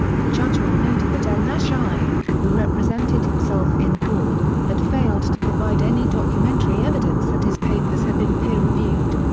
the judgement noted that el naschie, who represented himself in court, had failed to provide any documentary evidence that his papers had been peer-reviewed.